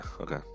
Okay